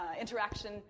interaction